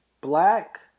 black